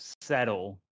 settle